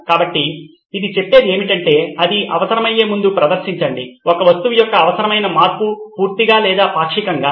కాబట్టి అది చెప్పేది ఏమిటంటే అది అవసరమయ్యే ముందు ప్రదర్శించండి ఒక వస్తువు యొక్క అవసరమైన మార్పు పూర్తిగా లేదా పాక్షికంగా